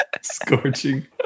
Scorching